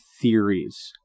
theories